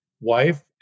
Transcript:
wife